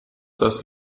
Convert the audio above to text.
das